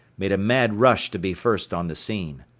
made a mad rush to be first on the scene.